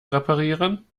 reparieren